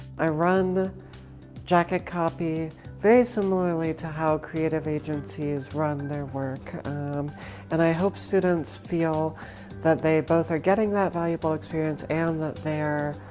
i run the jacket copy very similarly to how creative agencies run their work um and i hope students feel that they both are getting that valuable experience and that they're